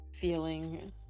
feeling